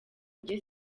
njye